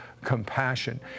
compassion